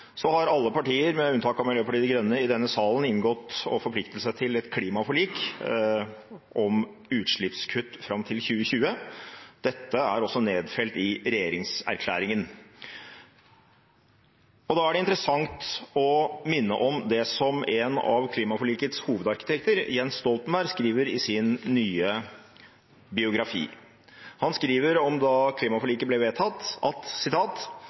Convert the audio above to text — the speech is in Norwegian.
Så har alle partier, med unntak av Miljøpartiet De Grønne, i denne salen inngått å forplikte seg til et klimaforlik om utslippskutt fram til 2020. Dette er også nedfelt i regjeringserklæringen. Da er det interessant å minne om det som en av klimaforlikets hovedarkitekter, Jens Stoltenberg, skriver i sin nye biografi. Han skriver om da klimaforliket ble vedtatt: